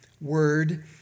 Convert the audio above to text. word